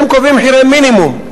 אתם קובעים מחירי מינימום,